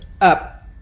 up